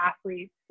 athletes